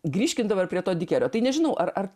grįžkim dabar prie to dikerio tai nežinau ar ar